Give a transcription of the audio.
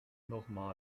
nochmal